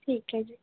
ਠੀਕ ਹੈ ਜੀ